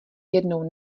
jednou